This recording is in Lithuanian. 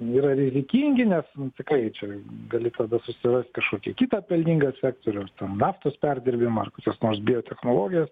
yra rizikingi nes nu tikrai čia gali kada susirast kažkokį kitą pelningą sektorių ar ten naftos perdirbimo ar kokias nors biotechnologijas